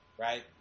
right